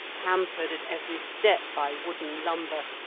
hampered at every step by wooden lumber,